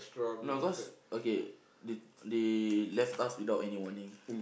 no cause okay they they left us without any warning